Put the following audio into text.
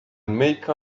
make